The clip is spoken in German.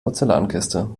porzellankiste